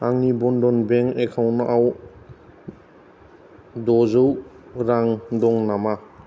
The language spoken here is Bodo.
आंनि बनधन बेंक एकाउन्ट आव द'जौ रां दं नामा